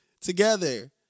together